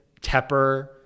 Tepper